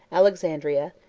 alexandria,